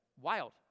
wild